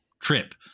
trip